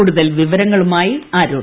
കൂടുതൽ വിവരങ്ങളുമായി അരുൺ